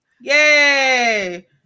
yay